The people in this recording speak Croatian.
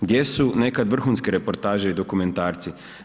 Gdje su nekad vrhunske reportaže i dokumentarci?